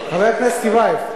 חבר הכנסת טיבייב,